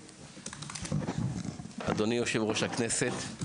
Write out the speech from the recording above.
אדוני יושב ראש הכנסת,